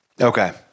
Okay